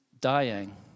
dying